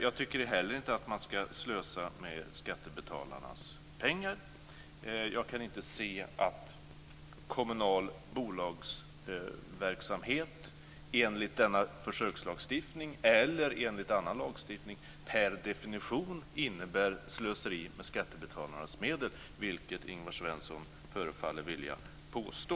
Jag tycker heller inte att man ska slösa med skattebetalarnas pengar. Jag kan inte se att kommunal bolagsverksamhet enligt denna försökslagstiftning eller enligt annan lagstiftning per definition innebär slöseri med skattebetalarnas medel, vilket Ingvar Svensson förefaller vilja påstå.